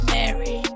Mary